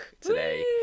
today